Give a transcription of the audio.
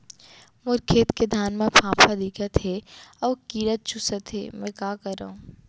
मोर खेत के धान मा फ़ांफां दिखत हे अऊ कीरा चुसत हे मैं का करंव?